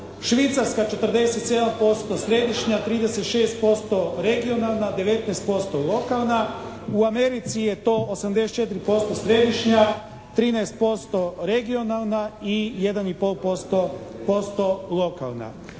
Švicarska 47% središnja, 36% regionalan, 19% lokalna. U Americi je to 84% središnja, 13% regionalna i 1 i pol